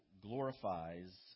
glorifies